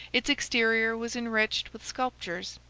its exterior was enriched with sculptures,